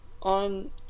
on